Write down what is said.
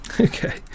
Okay